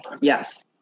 Yes